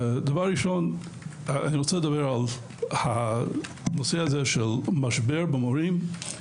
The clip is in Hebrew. דבר ראשון, אני רוצה לדבר על משבר המורים.